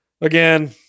again